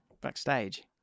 Backstage